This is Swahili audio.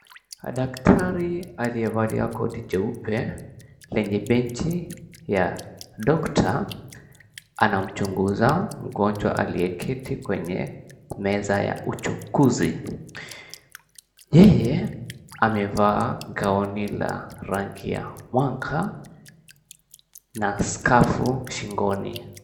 Daktari aliyevalia koti jeupe lenye beji ya, Doctor, anamchunguza mgonjwa aliyeketi kwenye meza ya uchukuzi. Yeye amevaa gauni la rangi ya mwanga na skafu shingoni.